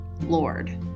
Lord